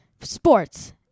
Sports